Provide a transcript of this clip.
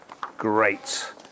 Great